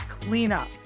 Cleanup